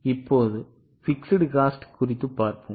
இப்போது நிலையான செலவுகளைப் பார்ப்போம்